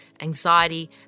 anxiety